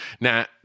Now